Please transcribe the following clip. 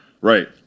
Right